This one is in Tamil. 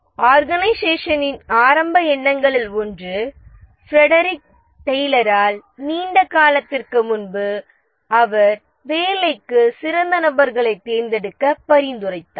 ஆர்கனைசேஷனின் ஆரம்ப எண்ணங்களில் ஒன்று ஃபிரடெரிக் டெய்லரால் வழங்கப்பட்டது நீண்ட காலத்திற்கு முன்பு அவர் வேலைக்கு சிறந்த நபர்களைத் தேர்ந்தெடுக்க பரிந்துரைத்தார்